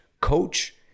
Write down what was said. coach